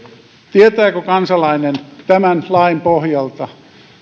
tietääkö kansalainen tämän lain pohjalta